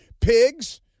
Pigs